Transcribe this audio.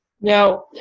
Now